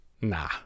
Nah